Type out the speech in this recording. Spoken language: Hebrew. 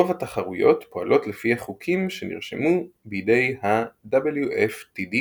רוב התחרויות פועלות לפני החוקים שנרשמו בידי ה-WFTDA.